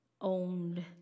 owned